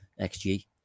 xG